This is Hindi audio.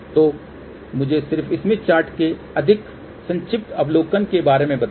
तो मुझे सिर्फ स्मिथ चार्ट के अधिक संक्षिप्त अवलोकन के बारे में बताएं